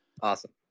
Awesome